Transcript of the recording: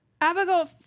Abigail